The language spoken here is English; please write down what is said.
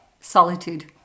Solitude